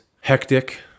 Hectic